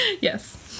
yes